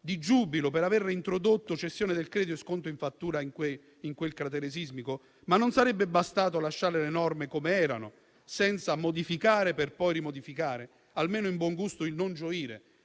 di giubilo per aver reintrodotto cessione del credito e sconto in fattura nel cratere sismico. Non sarebbe bastato lasciare le norme com'erano, senza modificare per poi rimodificare, con almeno il buongusto di non gioire